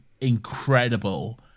incredible